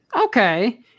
Okay